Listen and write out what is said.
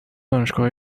دانشگاه